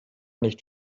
nicht